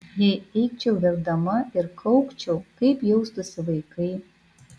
jei eičiau verkdama ir kaukčiau kaip jaustųsi vaikai